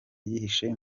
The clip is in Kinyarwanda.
yihishe